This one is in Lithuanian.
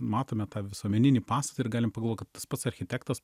matome tą visuomeninį pastatą ir galim pagalvot kad tas pats architektas